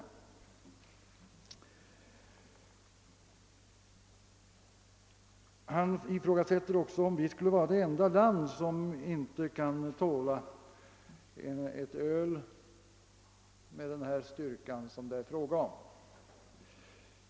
Finansministern ifrågasätter, om Sverige skulle vara det enda land som inte kan tåla konsumtionen av ett öl med den styrka som det här gäller.